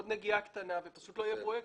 עוד נגיעה קטנה ולא יהיו פרויקטים.